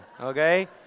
okay